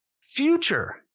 future